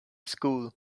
school